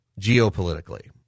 Geopolitically